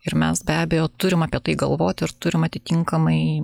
ir mes be abejo turim apie tai galvoti ir turim atitinkamai